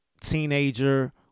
teenager